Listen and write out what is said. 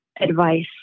advice